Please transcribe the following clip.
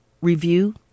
review